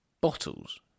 bottles